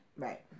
Right